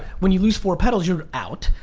when you lose four petals you're out,